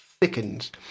thickens